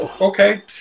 Okay